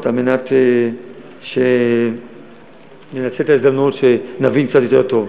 על מנת שננצל את ההזדמנות ונבין קצת יותר טוב.